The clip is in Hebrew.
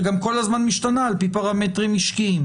שגם כל הזמן משתנה על פי פרמטרים משקיים,